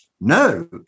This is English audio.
no